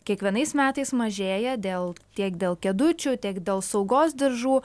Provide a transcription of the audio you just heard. kiekvienais metais mažėja dėl tiek dėl kėdučių tiek dėl saugos diržų